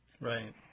Right